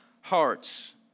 hearts